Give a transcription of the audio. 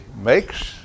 makes